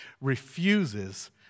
refuses